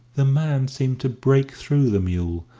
the man seemed to break through the mule,